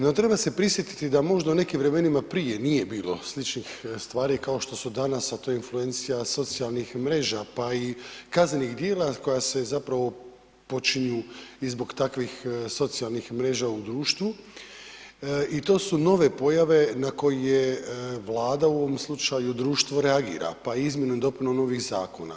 No, treba se prisjetiti da možda u nekim vremenima prije nije bilo sličnih stvari kao što su danas, a to je influencija socijalnih mreža, pa i kaznenih djela koja se zapravo počinju i zbog takvih socijalnih mreža u društvu i to su nove pojave na koje Vlada u ovom slučaju, društvo, reagira pa izmjenom i dopunom ovih zakona.